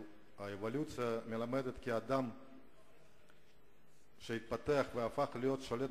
"האבולוציה מלמדת כי האדם התפתח והפך להיות שולט